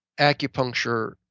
acupuncture